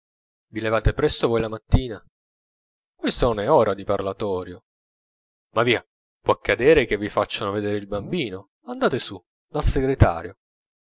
vi levate presto voi la mattina questa non è ora di parlatorio ma via può accadere che vi facciano vedere il bambino andate su dal segretario